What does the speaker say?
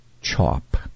Chop